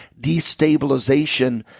destabilization